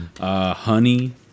honey